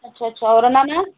अच्छा अच्छा और अनानास